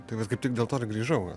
tai vat kaip tik dėl to ir grįžau